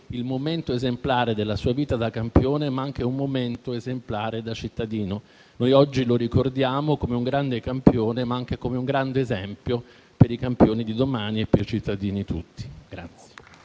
il momento esemplare della sua vita non solo da campione, ma anche da cittadino. Noi oggi lo ricordiamo come un grande campione, ma anche come un grande esempio per i campioni di domani e per i cittadini tutti.